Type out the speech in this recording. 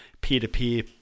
peer-to-peer